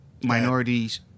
minorities